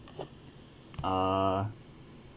uh